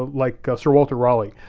like sir walter raleigh,